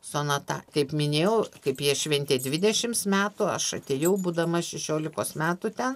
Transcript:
sonata kaip minėjau kaip jie šventė dvidešims metų aš atėjau būdama šešiolikos metų ten